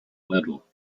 little